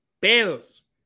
pedos